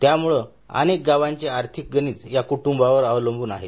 त्यामुळ अनेक गावांचे आर्थिक गणित या कुटुंबावर अवलंबून आहेत